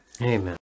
Amen